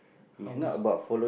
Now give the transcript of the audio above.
how was